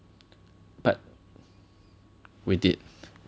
but we did